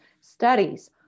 studies